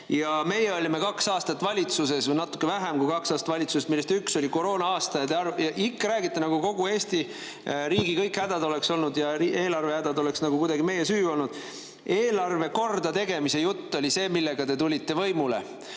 Meie olime kaks aastat valitsuses, või natuke vähem kui kaks aastat valitsuses, millest üks oli koroona-aasta, ja ikka räägite, nagu kogu Eesti riigi kõik hädad ja eelarve hädad oleksid kuidagi meie süü. Eelarve kordategemise jutt oli see, millega te tulite võimule